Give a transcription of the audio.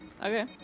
okay